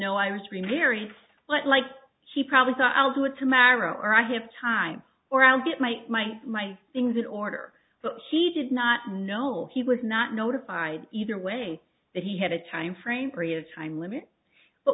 was remarried but like she probably thought i'll do it tomorrow or i have time or i'll get my my my things in order but she did not know he was not notified either way that he had a timeframe create a time limit but